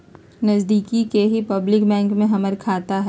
नजदिके के ही पब्लिक बैंक में हमर खाता हई